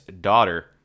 daughter-